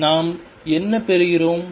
எனவே நாம் என்ன பெறுகிறோம்